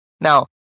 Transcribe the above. Now